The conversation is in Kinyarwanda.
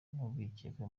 n’urwikekwe